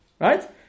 right